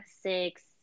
six